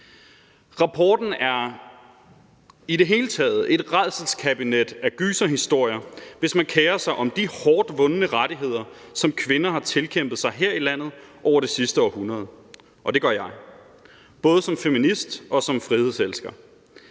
Rapporten er i det hele taget et rædselskabinet af gyserhistorier, hvis man kerer sig om de hårdt vundne rettigheder, som kvinder har tilkæmpet sig her i landet over det sidste århundrede – og det gør jeg, både som feminist og som frihedselsker.